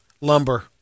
lumber